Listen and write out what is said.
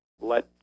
let